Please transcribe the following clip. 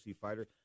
fighter